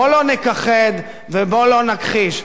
בואו לא נכחד ובואו לא נכחיש,